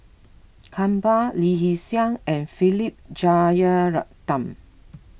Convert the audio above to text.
Kumar Lee Hee Seng and Philip Jeyaretnam